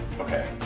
Okay